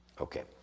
Okay